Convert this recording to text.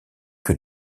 que